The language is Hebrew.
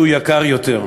שהוא יקר יותר.